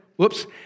Whoops